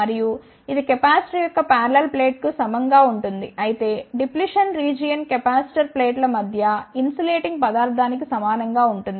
మరియు ఇది కెపాసిటర్ యొక్క పారలెల్ ప్లేట్ కు సమానం గా ఉంటుంది అయితే డిఫ్లేషన్ రీజియన్ కెపాసిటర్ ప్లేట్ల మధ్య ఇన్సులేటింగ్ పదార్థానికి సమానం గా ఉంటుంది